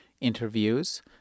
interviews